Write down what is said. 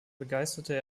begeisterte